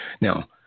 Now